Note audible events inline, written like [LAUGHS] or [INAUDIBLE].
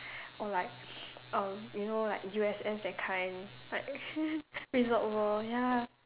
or like [NOISE] um you know like U_S_S that kind like [LAUGHS] Resort World ya